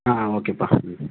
ஆ ஓகேப்பா ம்